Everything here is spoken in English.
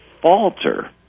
falter